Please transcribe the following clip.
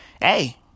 hey